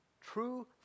true